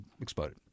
exploded